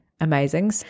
amazing